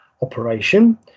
operation